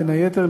בין היתר,